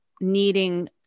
needing